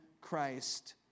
Christ